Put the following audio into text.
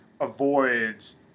Avoids